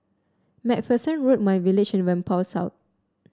MacPherson Road myVillage and Whampoa South